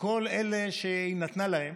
כל אלה שהיא נתנה להם